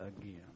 again